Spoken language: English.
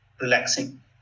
relaxing